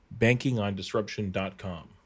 bankingondisruption.com